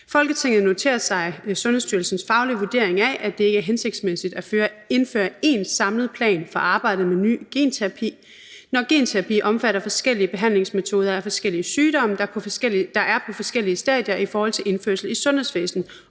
»Folketinget noterer sig Sundhedsstyrelsens faglige vurdering af, at det ikke er hensigtsmæssigt at indføre én samlet plan for arbejdet med ny genterapi, når genterapi omfatter forskellige behandlingsmetoder af forskellige sygdomme, der er på forskellige stadier i forhold til indførsel i sundhedsvæsnet,